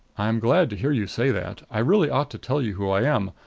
i'm glad to hear you say that. i really ought to tell you who i am.